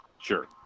Sure